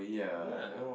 ya